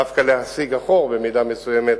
דווקא להסיג אחור, במידה מסוימת,